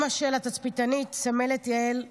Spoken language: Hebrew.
אימא של התצפיתנית סמלת יעל לייבושור,